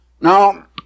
Now